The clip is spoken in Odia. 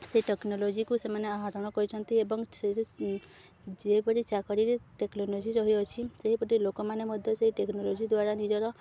ସେ ଟେକ୍ନୋଲୋଜିକୁ ସେମାନେ ଆହରଣ କରିଛନ୍ତି ଏବଂ ସେ ଯେପରି ଚାକିରିରେ ଟେକ୍ନୋଲୋଜି ରହିଅଛି ସେହିପରି ଲୋକମାନେ ମଧ୍ୟ ସେହି ଟେକ୍ନୋଲୋଜି ଦ୍ୱାରା ନିଜର